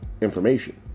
information